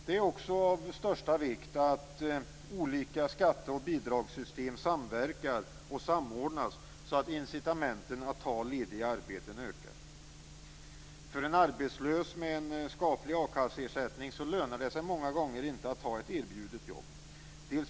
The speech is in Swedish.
Det är också av största vikt att olika skatte och bidragssystem samverkar och samordnas så att incitamenten att ta lediga arbeten ökar. För en arbetslös med skaplig a-kasseersättning lönar det sig många gånger inte att ta ett erbjudet jobb.